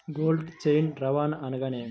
Cold chain రవాణా అనగా నేమి?